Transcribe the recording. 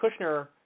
Kushner